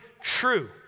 true